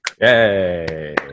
Yay